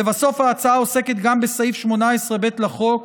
לבסוף, ההצעה עוסקת גם בסעיף 18ב לחוק,